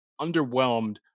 underwhelmed